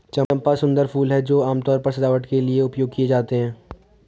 चंपा सुंदर फूल हैं जो आमतौर पर सजावट के लिए उपयोग किए जाते हैं